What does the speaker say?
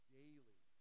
daily